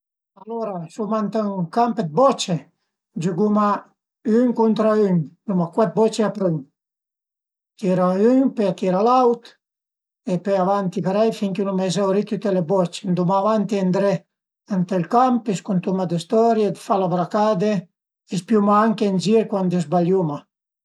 D'solit la matin i scutu ën giornale radio, ël telegiornale e pöi le trasmisiun d'aprufundiment ch'a i sun, cuai volte cumpru ël giurnal d'la giurnà, guardu le nutisie sël cellular